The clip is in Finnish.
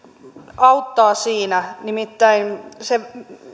auttaa siinä nimittäin se